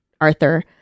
Arthur